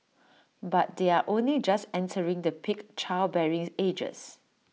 but they are only just entering the peak childbearing ages